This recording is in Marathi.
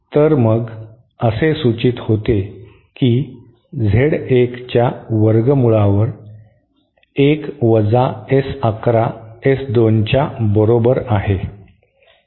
तर मग असे सूचित होते की Z 1 च्या वर्गमूलवर 1 वजा S 1 1 S 2 च्या बरोबर आहे